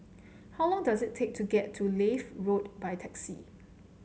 how long does it take to get to Leith Road by taxi